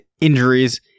injuries